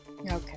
Okay